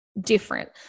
different